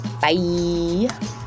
Bye